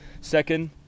second